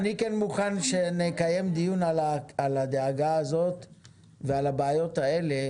--- אני כן מוכן שנקיים דיון על הדאגה הזו ועל הבעיות האלה,